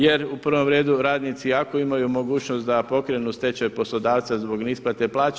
Jer u prvom redu radnici ako imaju mogućnost da pokrenu stečaj poslodavca zbog neisplate plaća.